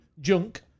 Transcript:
junk